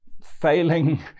failing